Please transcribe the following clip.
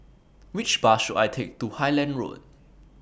Which Bus should I Take to Highland Road